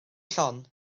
llon